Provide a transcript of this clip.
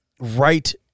right